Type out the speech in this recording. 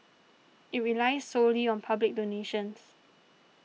it relies solely on public donations